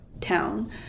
town